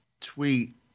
tweet